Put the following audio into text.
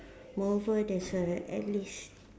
moreover there's a at least